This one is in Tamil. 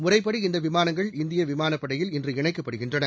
முறைப்படி இந்த விமானங்கள் இந்திய விமானப்படையில் இன்று இணைக்கப்படுகின்றன